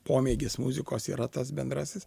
pomėgis muzikos yra tas bendrasis